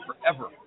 forever